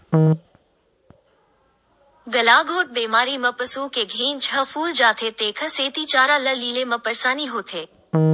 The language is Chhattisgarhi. गलाघोंट बेमारी म पसू के घेंच ह फूल जाथे तेखर सेती चारा ल लीले म परसानी होथे